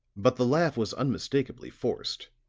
but the laugh was unmistakably forced,